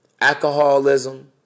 alcoholism